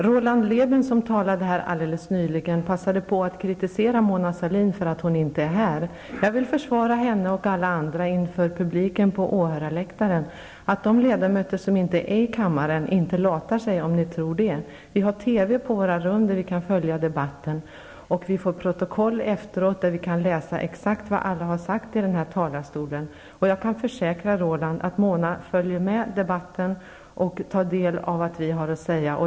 Herr talman! Roland Lében, som nyligen talade, passade på att kritisera Mona Sahlin för att hon inte är närvarande i kammaren. Jag vill försvara henne och alla andra inför publiken på åhörarläktaren. De ledamöter som inte är i kammaren latar sig inte, om ni tror det -- vi har intern-TV på våra rum och på den kan vi följa debatten. Vi får också efteråt protokoll där vi kan läsa exakt vad alla har sagt från kammarens talarstol. Jag kan försäkra Roland Lebén att Mona Sahlin följer debatten och tar del av vad vi har att säga.